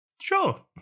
Sure